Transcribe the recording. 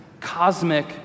cosmic